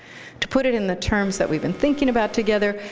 to put it in the terms that we've been thinking about together,